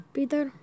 Peter